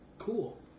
cool